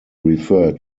refer